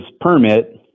permit